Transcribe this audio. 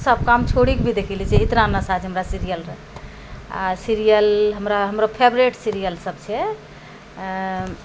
सब काम छोड़िके भी देखि लै छिए एतना नशा छै हमरा सीरिअलरऽ आओर सीरिअल हमरा हमरऽ फेवरेट सीरिअलसब छै